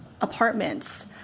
apartments